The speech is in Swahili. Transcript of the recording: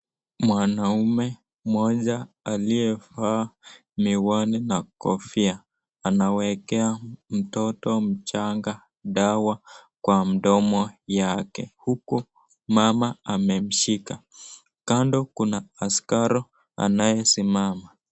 Mwanaume moja aliyevaa miwani na kofia anawekea mtoto mchanga dawa kwa mdomo yake huku mama amemshika. Kando kuna askari anayesimama.